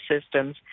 systems